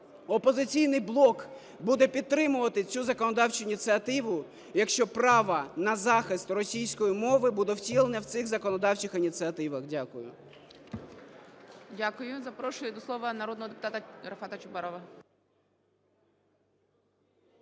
"Опозиційний блок" буде підтримувати цю законодавчу ініціативу, якщо право на захист російської мови буде втілено в цих законодавчих ініціативах. Дякую.